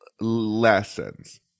lessons